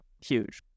huge